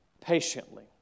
patiently